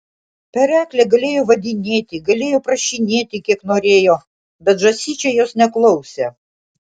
pereklė galėjo vadinėti galėjo prašinėti kiek norėjo bet žąsyčiai jos neklausė